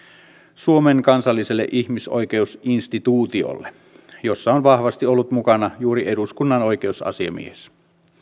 suomen kansalliselle ihmisoikeusinstituutiolle jossa on vahvasti ollut mukana juuri eduskunnan oikeusasiamies